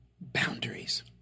boundaries